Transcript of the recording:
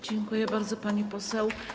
Dziękuję bardzo, pani poseł.